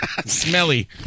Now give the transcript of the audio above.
Smelly